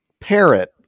parrot